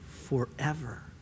forever